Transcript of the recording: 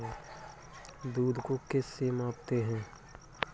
दूध को किस से मापते हैं?